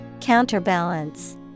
Counterbalance